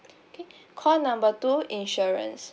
call number two insurance